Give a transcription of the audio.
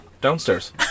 downstairs